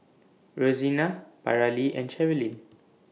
Rosina Paralee and Cherilyn